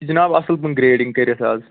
جِناب اَصٕل پَہَم گرٛیڈِنٛگ کٔرِتھ حظ